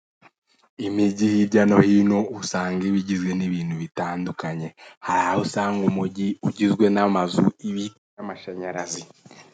Imijyi hirya no hino usanga igizwe n'ibintu bitandukanye hari aho usanga umujyi ugizwe n'amazu ibiti n'amashanyarazi ninyubako nyinshi zitandukanye